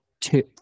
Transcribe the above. Two